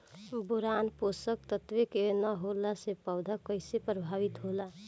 Boron पोषक तत्व के न होला से पौधा कईसे प्रभावित होला?